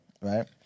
right